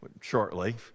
shortly